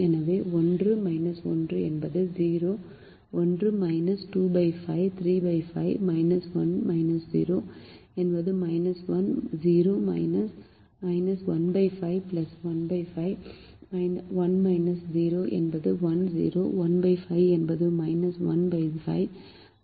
எனவே 1 1 என்பது 0 1 25 35 1 0 என்பது 1 0 15 15 1 0 என்பது 1 0 15 என்பது 15 மற்றும் 4 2 என்பது 2